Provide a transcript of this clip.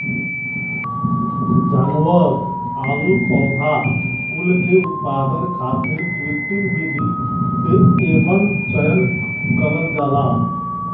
जानवर आउर पौधा कुल के उत्पादन खातिर कृत्रिम विधि से एमन चयन करल जाला